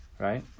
Right